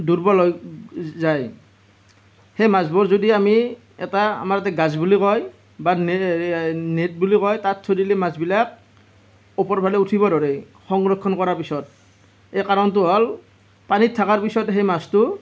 দুৰ্বল হৈ যায় সেই মাছবোৰ যদি আমি এটা আমাৰ যে গাছ বুলি কয় বা নেট বুলি কয় তাত থৈ দিলে মাছবিলাক ওপৰফালে উঠিব ধৰে সংৰক্ষণ কৰাৰ পিছত ইয়াৰ কাৰণটো হ'ল পানীত থকাৰ পিছত সেই মাছটো